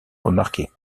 remarquée